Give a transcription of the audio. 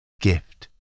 gift